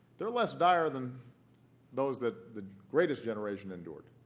they're less dire than those that the greatest generation endured.